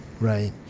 right